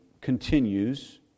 continues